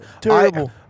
terrible